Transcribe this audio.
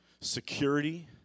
security